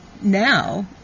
now